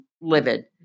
livid